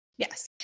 Yes